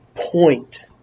point